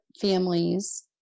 families